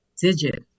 Digit